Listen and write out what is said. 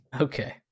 okay